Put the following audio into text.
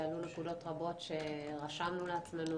ועלו נקודות רבות שרשמנו לעצמנו,